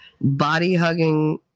body-hugging